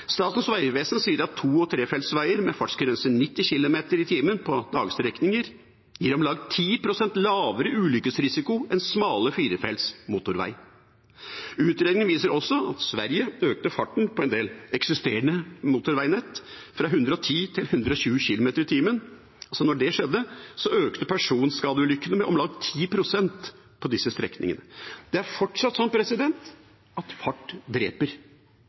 Statens vegvesen sier at to- og trefeltsveier med fartsgrense på 90 km/t på dagstrekninger gir om lag 10 pst. lavere ulykkesrisiko enn smale firefelts motorveier. Utredningen viser også at da Sverige økte farten på en del eksisterende motorveinett fra 110 til 120 km/t, økte personskadeulykkene med om lag 10 pst. på disse strekningene. Det er fortsatt sånn at fart dreper.